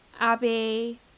Abby